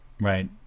right